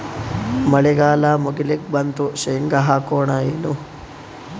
ಮಳಿಗಾಲ ಮುಗಿಲಿಕ್ ಬಂತು, ಶೇಂಗಾ ಹಾಕೋಣ ಏನು?